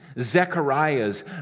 Zechariah's